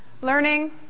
learning